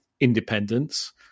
Independence